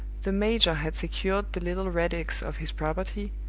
the major had secured the little relics of his property,